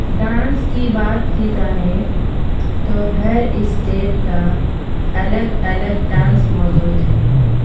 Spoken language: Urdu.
ڈانس کی بات کی جائے تو ہر اسٹیپ کا الگ الگ ڈانس موجود ہے